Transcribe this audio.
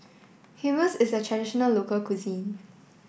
Hummus is a traditional local cuisine